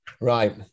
Right